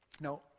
Now